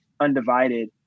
Undivided